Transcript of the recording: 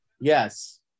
Yes